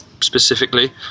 specifically